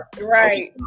Right